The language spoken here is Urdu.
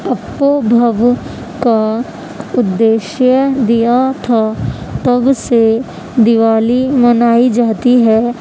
اپو بھوو کا ادیشیہ دیا تھا تب سے دیوالی منائی جاتی ہے